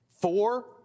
four